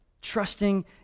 trusting